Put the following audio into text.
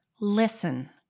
listen